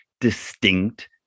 distinct